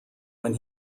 when